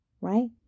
right